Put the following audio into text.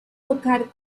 tocar